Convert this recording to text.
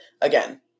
again